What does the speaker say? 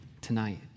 tonight